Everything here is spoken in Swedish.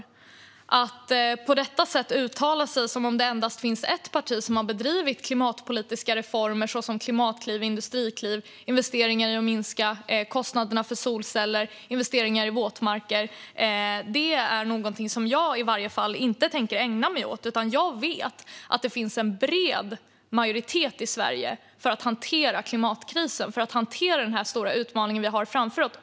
Jag tänker i varje fall inte uttala mig som om det endast finns ett parti som har bedrivit politik för klimatpolitiska reformer - det gäller klimatkliv, industrikliv, investeringar för att minska kostnaderna för solceller och investeringar i våtmarker. Jag vet att det finns en bred majoritet i Sverige för att hantera klimatkrisen och den stora utmaning vi har framför oss.